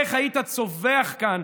איך היית צווח כאן,